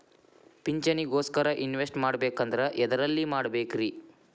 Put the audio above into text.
ಪಿಂಚಣಿ ಗೋಸ್ಕರ ಇನ್ವೆಸ್ಟ್ ಮಾಡಬೇಕಂದ್ರ ಎದರಲ್ಲಿ ಮಾಡ್ಬೇಕ್ರಿ?